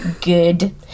Good